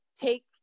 take